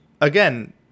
again